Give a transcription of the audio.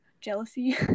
jealousy